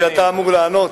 כי אתה אמור לענות.